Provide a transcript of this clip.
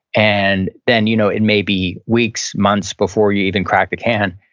and then you know it may be weeks, months before you even crack the can.